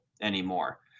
anymore